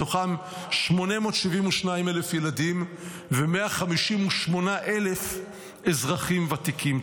בתוכן 872,000 ילדים ו-158,000 אזרחים ותיקים.